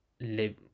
live